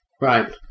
Right